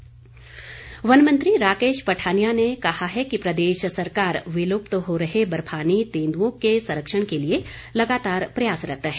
राकेश पठानिया वन मंत्री राकेश पठानिया ने कहा है कि प्रदेश सरकार विलुप्त हो रहे बर्फानी तेंदुए के संरक्षण के लिए लगातार प्रयासरत है